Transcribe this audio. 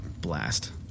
Blast